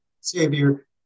Savior